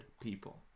people